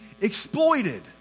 exploited